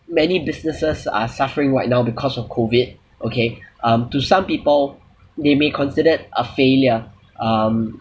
many businesses are suffering right now because of COVID okay um to some people they may considered a failure um